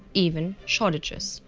even shortages.